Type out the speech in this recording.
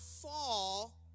fall